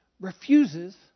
refuses